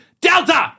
Delta